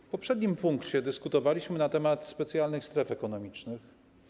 W poprzednim punkcie dyskutowaliśmy na temat specjalnych stref ekonomicznych.